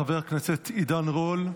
חבר הכנסת עידן רול,